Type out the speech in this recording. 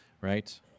right